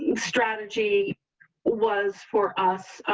and strategy was for us.